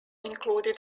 included